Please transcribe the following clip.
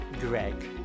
Greg